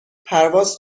پرواز